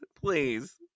please